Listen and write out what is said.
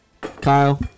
Kyle